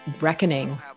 Reckoning